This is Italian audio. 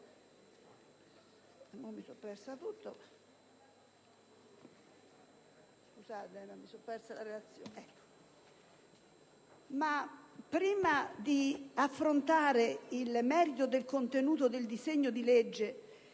Prima di affrontare il merito del contenuto del disegno di legge,